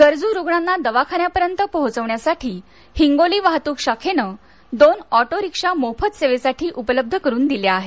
गरजू रुग्णांना दवाखान्यापर्यंत पोचवण्यासाठी हिंगोली वाहतूक शाखेनं दोन अँटो रिक्षा मोफत सेवेसाठी उपलब्ध करून दिल्या आहेत